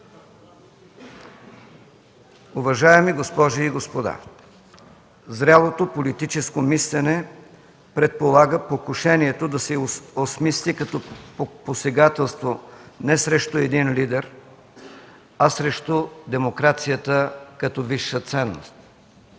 Уважаеми госпожи и господа, зрялото политическо мислене предполага покушението да се осмисли като посегателство не срещу един лидер, а срещу демокрацията като висша ценност.